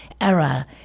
era